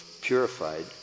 purified